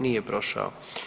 Nije prošao.